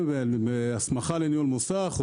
הסמכה לניהול מוסך,